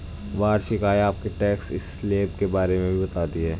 वार्षिक आय आपके टैक्स स्लैब के बारे में भी बताती है